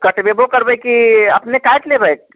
कटबेबो करबै किऽ अपने काटि लेबै